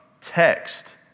text